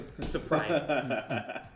surprise